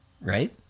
right